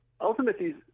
ultimately